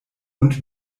und